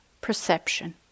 perception